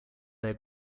their